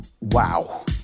wow